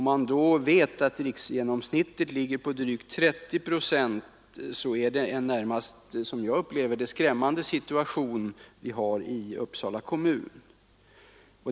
När man då vet att riksgenomsnittet ligger på drygt 30 procent upplever jag situationen i Uppsala kommun som närmast skrämmande.